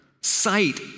sight